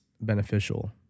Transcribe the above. beneficial